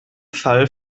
fall